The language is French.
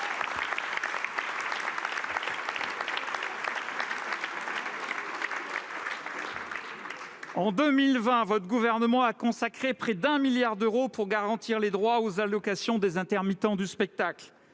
En 2020, votre gouvernement a consacré près d'un milliard d'euros pour garantir les droits aux allocations des intermittents du spectacle.